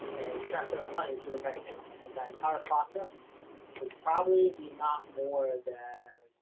transfer that money to your bank account, and that entire process will probably be not more than